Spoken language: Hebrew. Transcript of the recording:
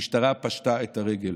המשטרה פשטה את הרגל,